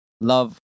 love